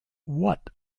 what